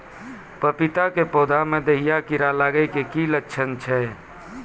पपीता के पौधा मे दहिया कीड़ा लागे के की लक्छण छै?